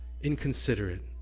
inconsiderate